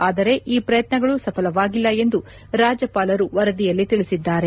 ಆದರೆ ಈ ಪ್ರಯತ್ನಗಳು ಸಫಲವಾಗಿಲ್ಲ ಎಂದು ರಾಜ್ಲಪಾಲರು ವರದಿಯಲ್ಲಿ ತಿಳಿಸಿದ್ದಾರೆ